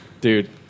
Dude